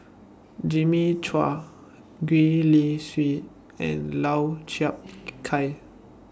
Jimmy Chua Gwee Li Sui and Lau Chiap Khai